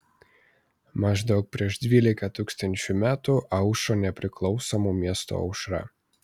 maždaug prieš dvylika tūkstančių metų aušo nepriklausomų miestų aušra